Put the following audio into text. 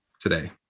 today